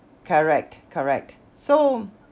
correct correct so